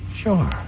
Sure